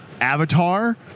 avatar